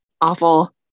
awful